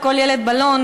לכל ילד בלון,